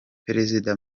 perezida